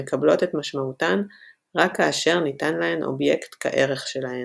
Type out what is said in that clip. המקבלות את משמעותן רק כאשר ניתן להן אובייקט כערך שלהן.